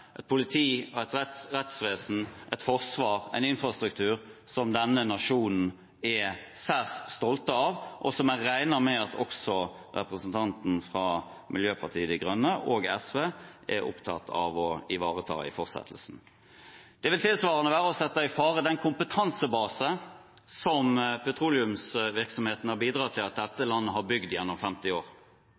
et politi, et rettsvesen, et forsvar, en infrastruktur som denne nasjonen er særs stolt av, og som jeg regner med at også representantene fra Miljøpartiet De Grønne og fra SV er opptatt av å ivareta i fortsettelsen. Det vil tilsvarende være å sette i fare den kompetansebasen som petroleumsvirksomheten har bidratt til at dette landet har bygd gjennom 50 år.